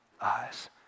eyes